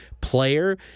player